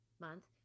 month